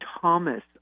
Thomas